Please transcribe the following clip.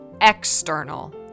external